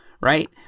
right